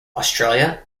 australia